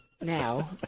Now